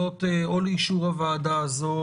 מטרתנו לסיים את הכנת החוק בוועדה בשבוע הזה,